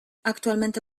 actualmente